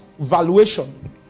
valuation